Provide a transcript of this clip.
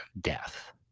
death